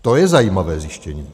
To je zajímavé zjištění.